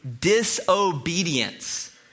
disobedience